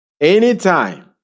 Anytime